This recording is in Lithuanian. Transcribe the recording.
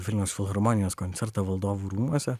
vilniaus filharmonijos koncertą valdovų rūmuose